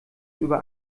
über